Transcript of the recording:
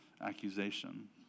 accusation